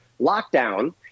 lockdown